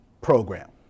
program